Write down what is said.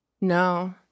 No